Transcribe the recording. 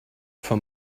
for